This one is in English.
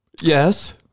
yes